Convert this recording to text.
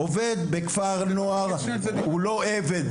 עובד בכפר נוער הוא לא עבד.